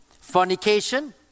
fornication